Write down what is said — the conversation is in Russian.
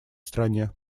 стране